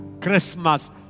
Christmas